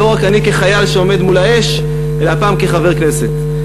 לא רק אני כחייל שעומד מול האש אלא הפעם כחבר כנסת.